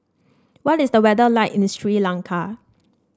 what is the weather like in the Sri Lanka